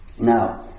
Now